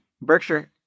Berkshire